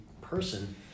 person